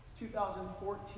2014